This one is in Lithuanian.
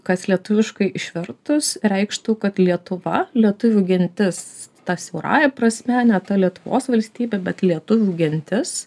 kas lietuviškai išvertus reikštų kad lietuva lietuvių gentis ta siaurąja prasme ne ta lietuvos valstybė bet lietuvių gentis